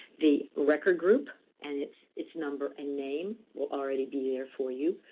the record group and its number and name will already be there for you.